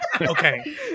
Okay